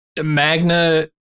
magna